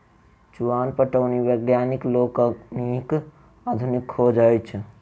चुआन पटौनी वैज्ञानिक लोकनिक आधुनिक खोज अछि